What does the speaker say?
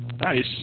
Nice